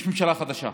יש ממשלה חדשה,